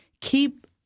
Keep